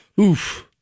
Oof